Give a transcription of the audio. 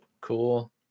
Cool